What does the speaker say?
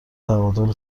تعادل